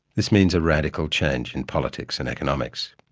this means a radical change in politics and economics.